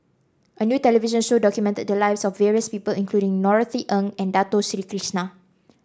a new television show documented the lives of various people including Norothy Ng and Dato Sri Krishna